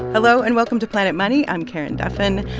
hello, and welcome to planet money. i'm karen duffin.